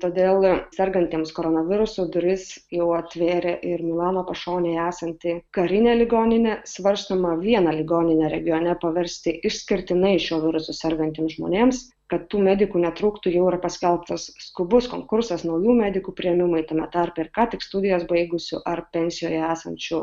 todėl sergantiems koronavirusu duris jau atvėrė ir milano pašonėje esanti karinė ligoninė svarstoma vieną ligoninę regione paversti išskirtinai šiuo virusu sergantiems žmonėms kad tų medikų netrūktų jau yra paskelbtas skubus konkursas naujų medikų priėmimui tame tarpe ir ką tik studijas baigusių ar pensijoje esančių